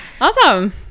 Awesome